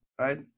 right